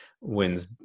wins